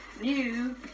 new